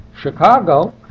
Chicago